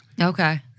Okay